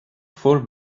four